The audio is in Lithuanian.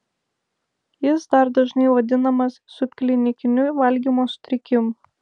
jis dar dažnai vadinamas subklinikiniu valgymo sutrikimu